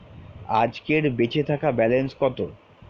আজকের বেচে থাকা ব্যালেন্স কত?